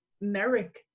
Merrick